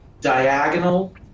diagonal